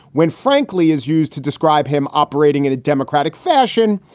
when frankly is used to describe him operating in a democratic fashion.